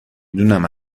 دونم